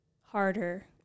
harder